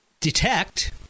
detect